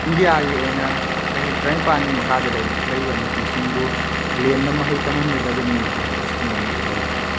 ꯏꯟꯗꯤꯌꯥꯒꯤ ꯑꯣꯏꯅ ꯆꯍꯤ ꯇꯔꯥꯅꯤꯄꯥꯜꯒꯤ ꯃꯈꯥꯗ ꯂꯩꯕ ꯅꯨꯄꯤꯁꯤꯡꯕꯨ ꯂꯦꯝꯅ ꯃꯍꯩ ꯇꯝꯍꯟꯒꯗꯕꯅꯤ ꯍꯥꯏꯕ ꯁ꯭ꯀꯤꯝ ꯑꯃꯁꯨ ꯂꯩ